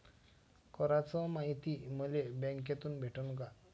कराच मायती मले बँकेतून भेटन का?